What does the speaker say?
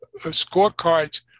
scorecards